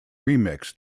remix